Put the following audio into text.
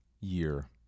year